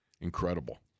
incredible